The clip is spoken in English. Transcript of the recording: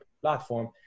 platform